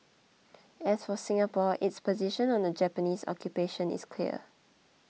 as for Singapore its position on the Japanese occupation is clear